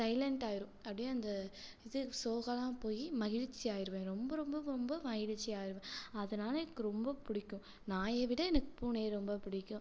சைலண்ட்டாகிரும் அப்படியே அந்த இது சோகம் எல்லாம் போயி மகிழ்ச்சியாகிருவேன் ரொம்ப ரொம்ப ரொம்ப மகிழ்ச்சியாகிருவேன் அதனால் எனக்கு ரொம்பப் பிடிக்கும் நாயை விட எனக்கு பூனையை ரொம்பப் பிடிக்கும்